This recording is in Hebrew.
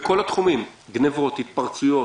בכל התחומים גניבות, התפרצויות